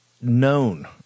known